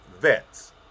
vets